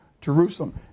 Jerusalem